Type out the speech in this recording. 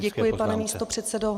Děkuji, pane místopředsedo.